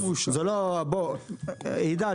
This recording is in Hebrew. עידן,